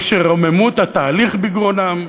או שרוממו את התהליך בגרונם,